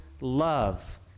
love